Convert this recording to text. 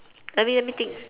let me let me think